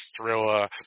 thriller